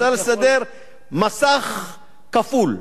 אפשר לסדר מסך כפול.